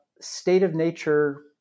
state-of-nature